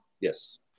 Yes